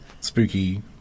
spooky